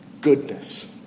Goodness